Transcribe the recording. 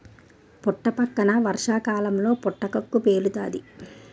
పుట్టపక్కన వర్షాకాలంలో పుటకక్కు పేలుతాది